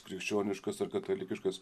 krikščioniškas ar katalikiškas